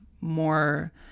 more